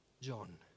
John